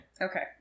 Okay